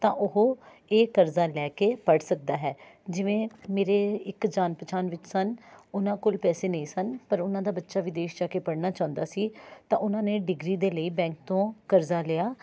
ਤਾਂ ਉਹ ਇਹ ਕਰਜ਼ਾ ਲੈ ਕੇ ਪੜ੍ਹ ਸਕਦਾ ਹੈ ਜਿਵੇਂ ਮੇਰੇ ਇੱਕ ਜਾਣ ਪਛਾਣ ਵਿੱਚ ਸਨ ਉਹਨਾਂ ਕੋਲ ਪੈਸੇ ਨਹੀਂ ਸਨ ਪਰ ਉਹਨਾਂ ਦਾ ਬੱਚਾ ਵਿਦੇਸ਼ ਜਾ ਕੇ ਪੜ੍ਹਨਾ ਚਾਹੁੰਦਾ ਸੀ ਤਾਂ ਉਹਨਾਂ ਨੇ ਡਿਗਰੀ ਦੇ ਲਈ ਬੈਂਕ ਤੋਂ ਕਰਜ਼ਾ ਲਿਆ